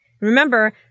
Remember